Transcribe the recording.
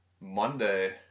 Monday